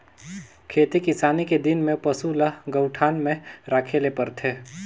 खेती किसानी के दिन में पसू ल गऊठान में राखे ले परथे